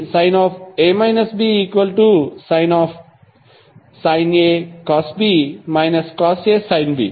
అది sin sin A cosB cosA sin B